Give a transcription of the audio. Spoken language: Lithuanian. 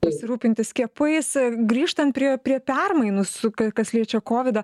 pasirūpinti skiepais grįžtant prie prie permainų su kas kas liečia kovidą